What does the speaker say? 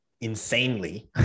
insanely